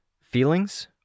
Feelings